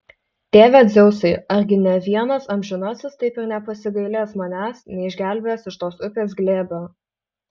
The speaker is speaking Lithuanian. tėve dzeusai argi nė vienas amžinasis taip ir nepasigailės manęs neišgelbės iš tos upės glėbio